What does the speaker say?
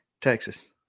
Texas